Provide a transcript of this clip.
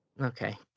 Okay